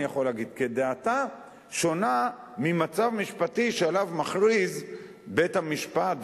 שונה ממצב משפטי שעליו מכריז בית-המשפט,